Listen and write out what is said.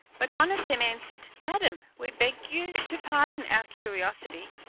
but one of them answered, madam, we beg you to pardon our curiosity,